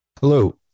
Hello